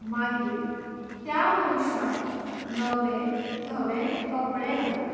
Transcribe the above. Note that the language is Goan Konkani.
मागीर त्या मनशाक नवे धवे कपडे घालतात